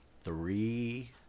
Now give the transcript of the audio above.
three